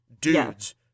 dudes